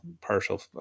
partial